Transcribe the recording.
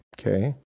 Okay